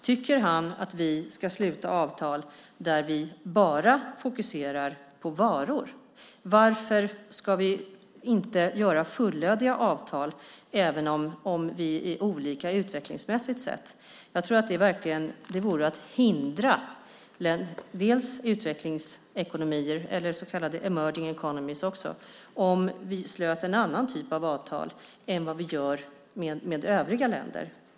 Tycker Jacob Johnson att vi ska sluta avtal där vi bara fokuserar på varor? Varför ska vi inte sluta fullödiga avtal även om vi är olika utvecklingsmässigt sett? Jag tror att det vore att hindra utvecklingsekonomier, eller så kallade emerging economies , om vi slöt en annan typ avtal med dem än vad vi gör med övriga länder.